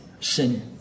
Sin